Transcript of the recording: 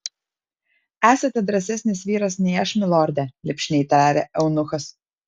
esate drąsesnis vyras nei aš milorde lipšniai tarė eunuchas